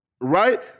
Right